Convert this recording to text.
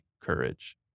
courage